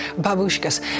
Babushkas